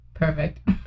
Perfect